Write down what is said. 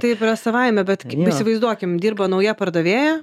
taip yra savaime bet įsivaizduokim dirba nauja pardavėja